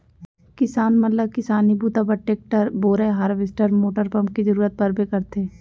किसान मन ल किसानी बूता बर टेक्टर, बोरए हारवेस्टर मोटर पंप के जरूरत परबे करथे